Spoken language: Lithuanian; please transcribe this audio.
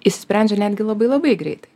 išsisprendžia netgi labai labai greitai